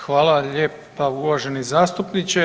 Hvala lijepa uvaženi zastupniče.